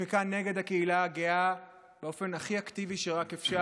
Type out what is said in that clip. חוקקה נגד הקהילה הגאה באופן הכי אקטיבי שרק אפשר.